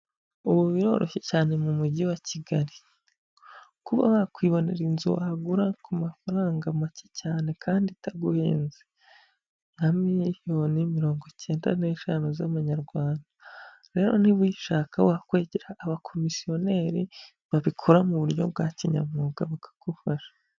Ubu biroroshye cyane mu mujyi wa Kigali. Kuba wakwibonera inzu wagura ku mafaranga make cyane kandi itaguhenze, nka miliyoni mirongo icyenda n'eshanu z'amanyarwanda, rero niba uyishaka wakwegera abakomisiyoneri babikora mu buryo bwa kinyamwuga bakagufasha.